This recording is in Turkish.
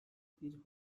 bir